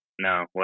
No